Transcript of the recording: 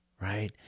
right